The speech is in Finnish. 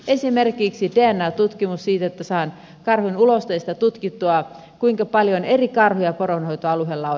esimerkiksi dna tutkimus siitä saadaan karhun ulosteista tutkittua kuinka paljon eri karhuja poronhoitoalueella on